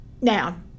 Now